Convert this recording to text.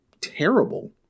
terrible